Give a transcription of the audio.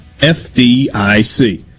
FDIC